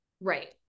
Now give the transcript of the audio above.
Right